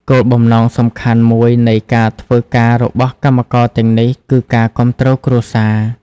គោលបំណងសំខាន់មួយនៃការធ្វើការរបស់កម្មករទាំងនេះគឺ ការគាំទ្រគ្រួសារ។